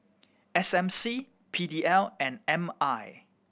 S M C P D L and M I